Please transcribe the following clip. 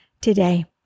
today